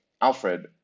Alfred